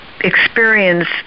experience